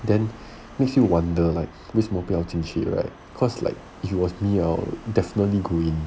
then makes you wonder like with mobile 近期 right cause like he was me I'll definitely go in